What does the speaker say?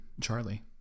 Charlie